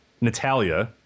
Natalia